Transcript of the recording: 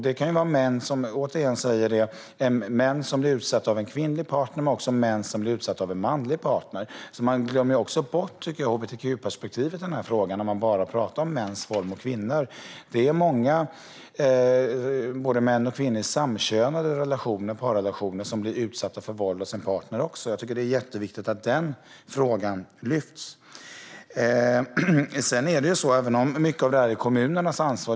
Det kan vara män som blir utsatta av våld från en kvinnlig partner, men det kan också vara män som blir utsatta av våld från en manlig partner. Man glömmer också bort hbtq-perspektivet när man bara talar om mäns våld mot kvinnor. Det finns många, både män och kvinnor, i samkönade parrelationer som blir utsatta för våld av sin partner. Jag tycker att det är jätteviktigt att också den frågan lyfts upp. Mycket av detta är kommunernas ansvar.